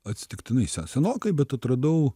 atsitiktinai se senokai bet atradau